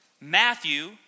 Matthew